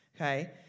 okay